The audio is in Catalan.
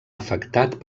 afectat